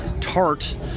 tart